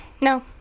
No